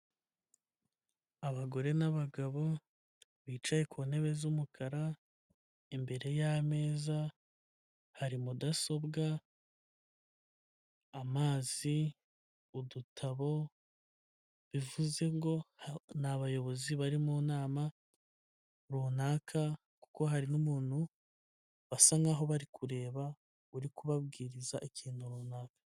Abagore n'abagabo bicaye ku ntebe z'umukara, imbere y'ameza hari mudasobwa, amazi udutabo, bivuze ngo ni abayobozi bari mu nama runaka, kuko hari n'umuntu basa nkaho bari kureba uri kubabwiriza ikintu runaka.